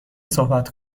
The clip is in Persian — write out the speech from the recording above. صحبت